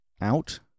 out